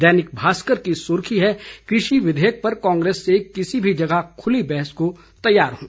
दैनिक भास्कर की सुर्खी है कृषि विधेयक पर कांग्रेस से किसी भी जगह खुली बहस को तैयार हूं